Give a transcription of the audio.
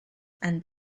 and